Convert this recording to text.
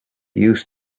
used